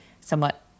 somewhat